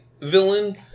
villain